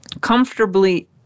comfortably